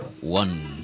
one